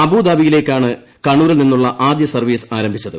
അബുദാബിയിലേക്കാണ് കണ്ണൂരിൽ നിന്നുള്ള ആദ്യ സർവ്വീസ് ആരംഭിച്ചത്